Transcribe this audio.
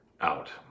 out